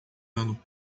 ano